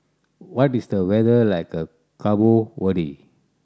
what is the weather like the Cabo Verde